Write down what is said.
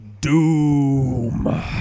Doom